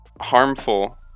harmful